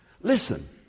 listen